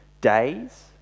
days